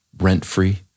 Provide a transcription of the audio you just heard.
rent-free